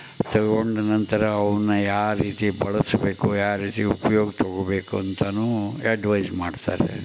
ತಗೊಂಡು ನಂತರ ಅವನ್ನು ಯಾವ ರೀತಿ ಬಳಸಬೇಕು ಯಾವ ರೀತಿ ಉಪ್ಯೋಗ ತಗೊಳ್ಬೇಕು ಅಂತಲೂ ಅಡ್ವೈಸ್ ಮಾಡ್ತಾರೆ